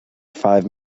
five